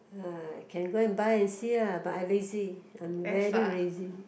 uh can go and buy and see lah but I lazy I'm very lazy